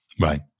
right